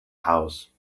house